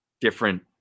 different